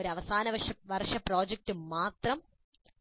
ഒരു അവസാന വർഷ പ്രോജക്റ്റ് മാത്രം